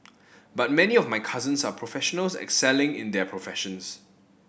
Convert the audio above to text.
but many of my cousins are professionals excelling in their professions